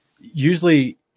usually